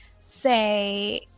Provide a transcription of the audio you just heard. say